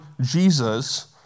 Jesus